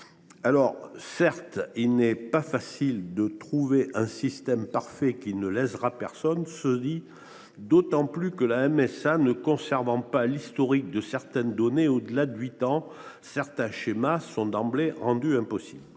Cela dit, il n’est pas facile de trouver un système parfait qui ne lésera personne, d’autant que, la MSA ne conservant pas l’historique de certaines données au delà de huit ans, certains schémas sont d’emblée rendus impossibles.